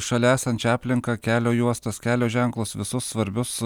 šalia esančią aplinką kelio juostas kelio ženklus visus svarbius